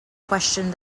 questioned